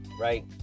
right